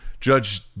Judge